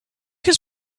his